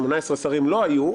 18 שרים לא היו,